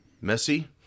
messy